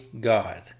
God